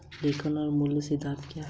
लेखांकन के मूल सिद्धांत क्या हैं?